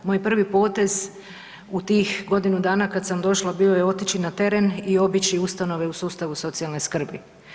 Moj prvi potez u tih godinu dana kad sam došla bio je otići na teren i obići ustanove u sustavu socijalne skrbi.